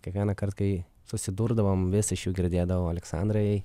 kiekvienąkart kai susidurdavom vis iš jų girdėdavau aleksandrai